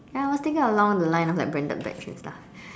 ya I was thinking along the line of like branded bags and stuff